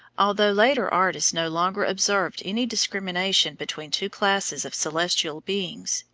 although later artists no longer observed any discrimination between two classes of celestial beings,